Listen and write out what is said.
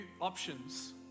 options